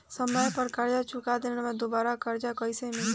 समय पर कर्जा चुका दहम त दुबाराकर्जा कइसे मिली?